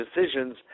decisions